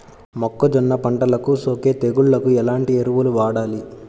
మొక్కజొన్న పంటలకు సోకే తెగుళ్లకు ఎలాంటి ఎరువులు వాడాలి?